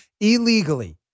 illegally